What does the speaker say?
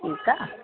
ठीकु आहे